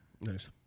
Nice